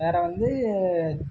வேறு வந்து